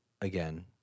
again